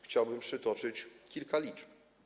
Chciałbym przytoczyć kilka liczb.